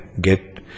get